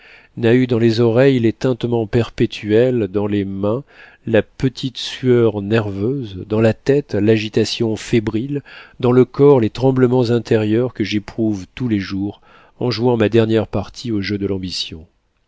n'a eu dans les oreilles les tintements perpétuels dans les mains la petite sueur nerveuse dans la tête l'agitation fébrile dans le corps les tremblements intérieurs que j'éprouve tous les jours en jouant ma dernière partie au jeu de l'ambition